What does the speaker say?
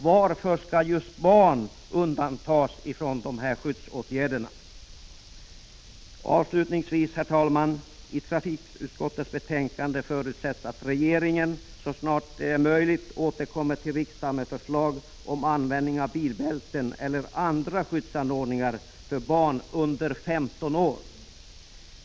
Varför skall just barn undantas från dessa skyddsåtgärder? Herr talman! I trafikutskottets betänkande förutsätts att regeringen så snart det är möjligt återkommer till riksdagen med förslag om användning av bilbälten eller andra skyddsanordningar för barn under 15 år.